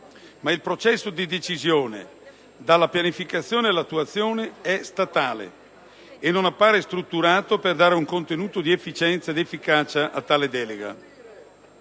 ma il processo di decisione, dalla pianificazione all'attuazione, è statale e non appare strutturato per dare un contenuto di efficienza ed efficacia a tale delega.